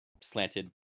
slanted